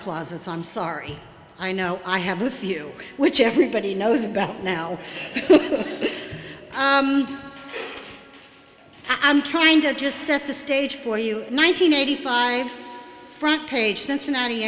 closets i'm sorry i know i have a few which everybody knows about now but i'm trying to just set the stage for you nine hundred eighty five front page cincinnati